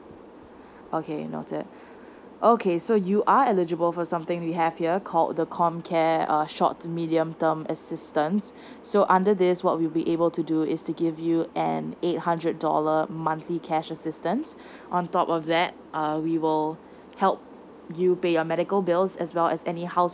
okay noted okay so you are eligible for something we have here called the com care ah short to medium term assistance so under this what we will able to do is to give you an eight hundred dollar monthly cash assistance on top of that uh we will help you pay your medical bills as well as any household